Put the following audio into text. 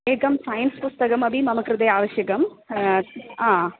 एकं सैन्स् पुस्तकमपि मम कृते आवश्यकं हा आ